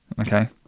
Okay